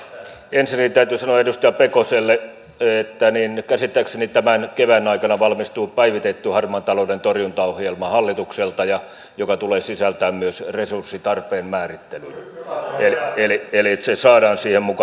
ensinnäkin täytyy sanoa edustaja pekoselle että käsittääkseni tämän kevään aikana hallitukselta valmistuu päivitetty harmaan talouden torjuntaohjelma joka tulee sisältämään myös resurssitarpeen määrittelyn eli se saadaan siihen mukaan